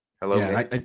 Hello